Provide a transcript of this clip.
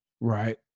Right